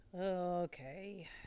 Okay